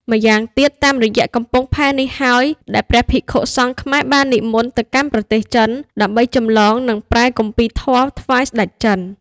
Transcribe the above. ម្យ៉ាងទៀតតាមរយៈកំពង់ផែនេះហើយ ដែលព្រះភិក្ខុសង្ឃខ្មែរបាននិមន្តទៅកាន់ប្រទេសចិន ដើម្បីចម្លងនិងប្រែគម្ពីរធម៌ថ្វាយ ស្តេចចិន ។